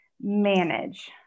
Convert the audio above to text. manage